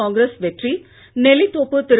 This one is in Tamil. காங்கிரஸ் வெற்றி நெல்லித்தோப்பு திரு